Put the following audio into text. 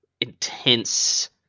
intense